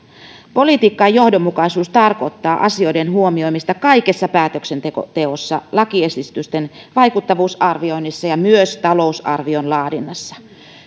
politiikkajohdonmukaisuus tarkoittaa asioiden huomioimista kaikessa päätöksenteossa lakiesitysten vaikuttavuusarvioinnissa ja myös talousarvion laadinnassa